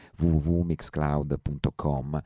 www.mixcloud.com